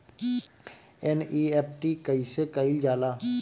NEFT कइसे कइल जाला?